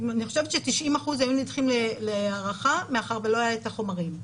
אני חושבת ש-90% היו נדחים להארכה מאחר ולא היו החומרים.